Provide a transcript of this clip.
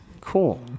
Cool